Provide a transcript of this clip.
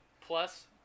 plus